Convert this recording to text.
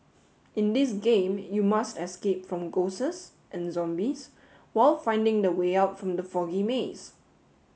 in this game you must escape from and zombies while finding the way out from the foggy maze